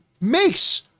makes